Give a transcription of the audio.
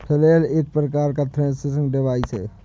flail एक प्रकार का थ्रेसिंग डिवाइस है